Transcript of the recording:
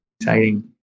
Exciting